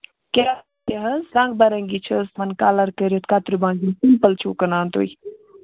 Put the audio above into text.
کیٛاہ کیٛاہ حظ رَنٛگ بہ رَنٛگی چھا حظ تِمن کَلر کٔرِتھ کَتریو بانَن کِنہٕ سِمپٔل چھِو کٕنان تُہۍ